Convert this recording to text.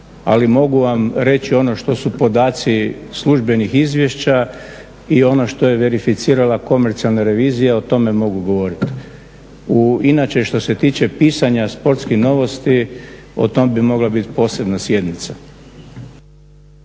ali mogu vam reći ono što su podaci službenih izvješća i ono što je verificirala komercijalna revizija. O tome mogu govoriti. Inače, što se tiče pisanja Sportskih novosti, o tome bi mogla bit posebna sjednica.